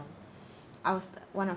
I was one of